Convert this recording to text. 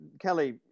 kelly